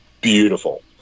beautiful